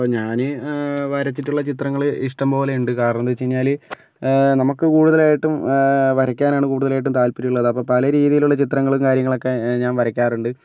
ഞാന് വരച്ചിട്ടുള്ള ചിത്രങ്ങള് ഇഷ്ടം പോലെയുണ്ട് കാരണം എന്താന്ന് വച്ച് കഴിഞ്ഞാല് നമുക്ക് കൂടുതലായിട്ടും വരയ്ക്കാനാണ് കൂടുതലായിട്ടും താല്പര്യമുള്ളത് അപ്പോൾ പലരീതിയിലുള്ള ചിത്രങ്ങളും കാര്യങ്ങളൊക്കെ ഞാന് വരയ്ക്കാറുണ്ട്